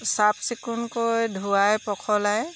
চাফ চিকুণকৈ ধোৱাই পখলাই